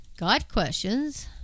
gotquestions